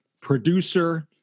producer